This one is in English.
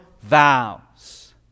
vows